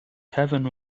kevin